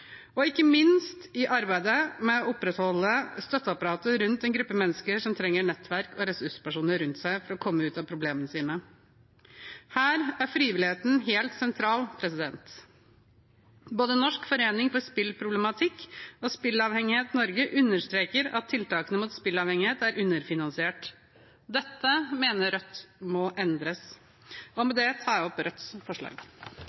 og ikke minst i arbeidet med å opprettholde støtteapparatet rundt en gruppe mennesker som trenger nettverk og ressurspersoner rundt seg, for å komme ut av problemene sine. Her er frivilligheten helt sentral. Både Norsk Forening for Spillproblematikk og Spillavhengighet Norge understreker at tiltakene mot spillavhengighet er underfinansiert. Dette mener Rødt må endres. Og med det tar jeg opp Rødts forslag.